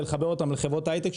ולחבר אותם לחברות היי-טק.